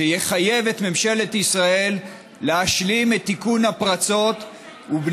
שיחייב את ממשלת ישראל להשלים את תיקון הפרצות ואת